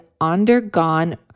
undergone